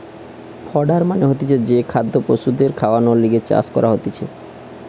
fodder মানে হতিছে যে খাদ্য পশুদের খাওয়ানর লিগে চাষ করা হতিছে